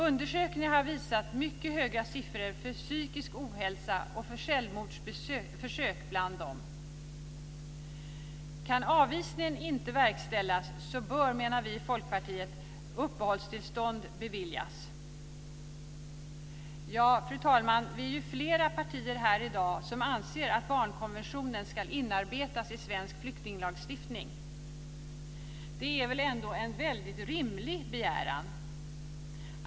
Undersökningar har visat mycket höga siffror för psykisk ohälsa och självmordsförsök bland dessa. Kan avvisningen inte verkställas bör, menar vi i Folkpartiet, uppehållstillstånd beviljas. Fru talman! Vi är flera partier här i dag som anser att barnkonventionen ska inarbetas i svensk flyktinglagstiftning. Det är väl ändå en väldigt rimlig begäran.